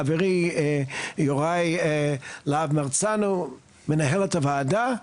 חברי יוראי להב הרצנו, מנהלת הוועדה.